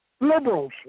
Liberals